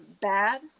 Bad